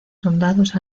soldados